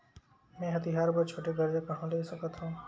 मेंहा तिहार बर छोटे कर्जा कहाँ ले सकथव?